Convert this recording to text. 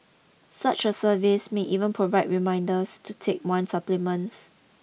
such a service may even provide reminders to take one's supplements